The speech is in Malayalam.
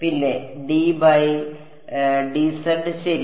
പിന്നെ ശരി